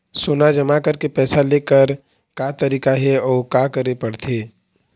सोना जमा करके पैसा लेकर का तरीका हे अउ का करे पड़थे?